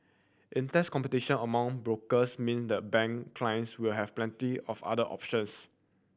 intense competition among brokers mean the bank clients will have plenty of other options